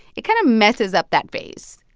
it kind of messes up that phase.